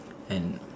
and